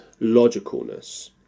logicalness